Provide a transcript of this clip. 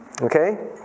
Okay